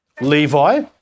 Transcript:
Levi